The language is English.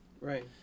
Right